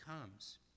comes